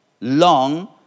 Long